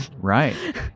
right